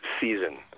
season